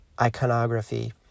iconography